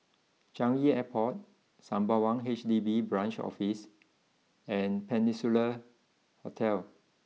Changi Airport Sembawang H D B Branch Office and Peninsula Hotel